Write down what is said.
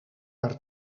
per